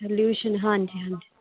solution ਹਾਂਜੀ ਹਾਂਜੀ